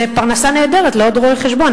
זה פרנסה נהדרת לעוד רואה-חשבון,